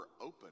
open